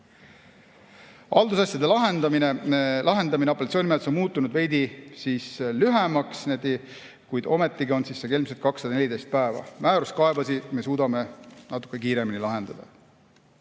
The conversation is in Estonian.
Haldusasjade lahendamine apellatsioonimenetluses on muutunud veidi lühemaks, kuid ometigi on see [aeg] keskmiselt 214 päeva. Määruskaebusi me suudame natuke kiiremini lahendada.